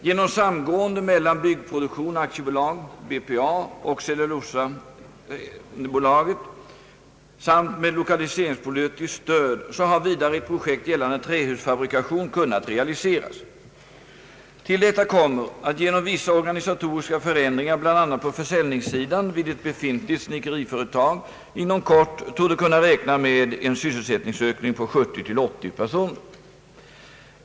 Genom samgående mellan Byggproduktion AB och SCA samt med lokaliseringspolitiskt stöd har vidare ett projekt gällande trähusfabrikation kunnat realiseras. Till detta kommer att man genom vissa organisatoriska förändringar bl.a. på försäljningssidan vid ett befintligt snickeriföretag inom kort torde kunna räkna med en sysselsättningsökning på 70—980 personer.